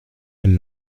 elle